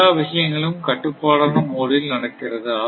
எல்லா விஷயங்களும் கட்டுப்பாடான மோடில் நடக்கிறது